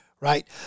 right